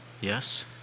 Yes